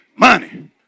Money